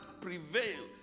prevailed